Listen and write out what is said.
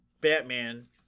Batman